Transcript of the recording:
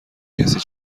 کسی